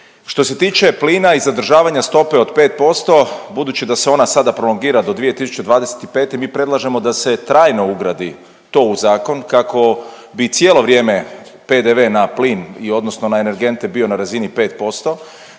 Što se tiče plina i zadržavanja stope od 5%, budući da se ona sada prolongira do 2025., mi predlažemo da se trajno ugradi to u zakon kako bi cijelo vrijeme PDV na plin i odnosno na energente bio na razini 5%,